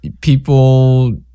people